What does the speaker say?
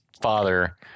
father